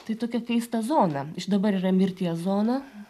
tai tokia keista zona iš dabar yra mirties zona